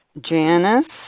Janice